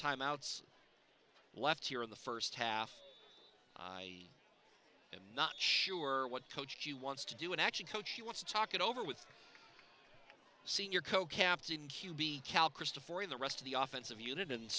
time outs left here in the first half i am not sure what coach she wants to do and actually coach she wants to talk it over with senior co captain q b cal christopher and the rest of the office of unit and